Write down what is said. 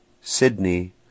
Sydney